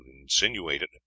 insinuated